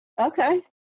okay